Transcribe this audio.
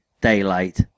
Daylight